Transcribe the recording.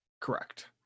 Correct